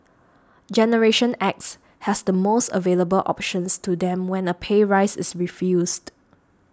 generation X has the most available options to them when a pay rise is refused